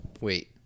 Wait